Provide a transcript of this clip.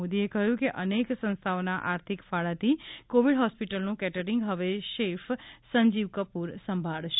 મોદીએ કહ્યું છે કે અનેક સંસ્થાઓના આર્થિક ફાળાથી કોવિડ હોસ્પિટલનું કેટરિંગ હવે શેફ સંજીવ કપૂર સંભાળશે